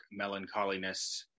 melancholiness